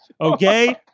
okay